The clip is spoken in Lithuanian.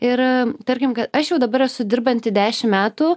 ir tarkim kad aš jau dabar esu dirbanti dešim metų